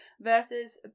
versus